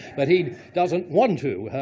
but he doesn't want to.